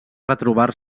retrobar